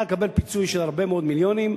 לקבל פיצוי של הרבה מאוד מיליונים,